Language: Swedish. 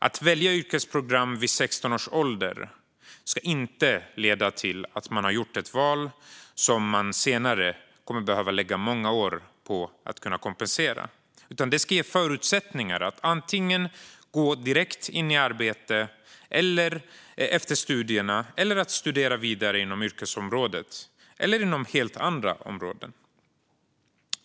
Att välja yrkesprogram vid 16 års ålder ska inte innebära att det val som man har gjort leder till att man senare kommer att behöva lägga många år på att komplettera, utan det ska ge förutsättningar att antingen gå direkt in i arbete efter studierna eller att studera vidare inom yrkesområdet - eller inom helt andra områden.